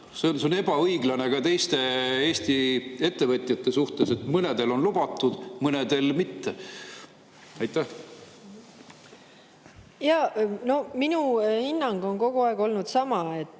See on ebaõiglane ka teiste Eesti ettevõtjate suhtes, kui mõnele on lubatud ja mõnele mitte. Jaa, minu hinnang on kogu aeg olnud sama: